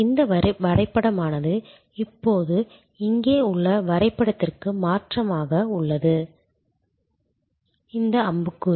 இந்த வரைபடமானது இப்போது இங்கே உள்ள வரைபடத்திற்கு மாற்றமாக உள்ளது இந்த அம்புக்குறி